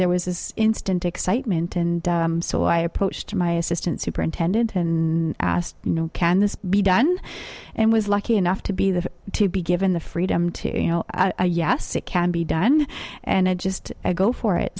there was this instant excitement and so i approached my assistant superintendent and asked you know can this be done and was lucky enough to be the to be given the freedom to you know yes it can be done and i just go for it